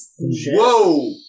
Whoa